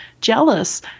jealous